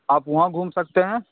आप वहाँ घूम सकते हैं